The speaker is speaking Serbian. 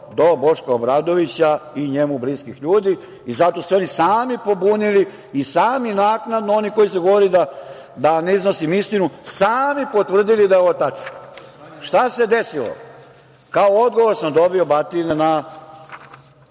do Boška Obradovića i njemu bliskih ljudi i zato su se oni sami pobunili i sami naknadno, oni koji su govorili da ne iznosim istinu, sami potvrdili da je ovo tačno. Šta se desilo? Kao odgovor sam dobio batine,